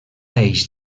eix